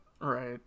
right